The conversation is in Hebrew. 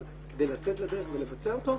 אבל כדי לצאת לדרך ולבצע אותו,